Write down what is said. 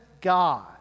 God